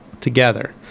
together